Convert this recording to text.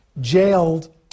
jailed